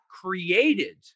created